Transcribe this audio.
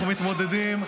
אנחנו מתמודדים,